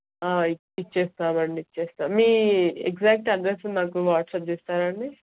ఇచ్ ఇచ్చేస్తామండి ఇచ్చేస్తాం మీ ఎగ్జాక్ట్ అడ్రస్ మాకు వాట్సప్ చేస్తారా అండి